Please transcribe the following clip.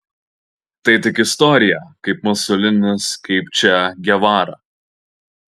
tai tik istorija kaip musolinis kaip če gevara